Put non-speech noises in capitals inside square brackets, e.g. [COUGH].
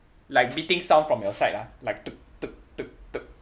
like beating sound from your side ah like [NOISE]